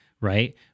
right